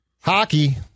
Hockey